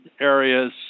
areas